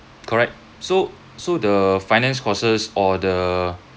correct so so the finance courses or the